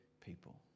people